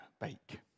bake